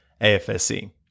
AFSC